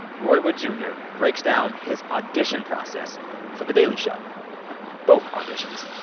roy wood jr. breaks down his audition process for the daily show both auditions.